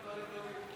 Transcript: דברים טובים.